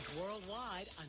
worldwide